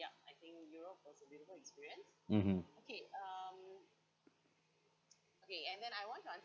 mmhmm